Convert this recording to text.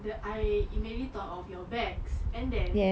then I immediately thought of your bags and then